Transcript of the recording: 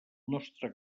nostre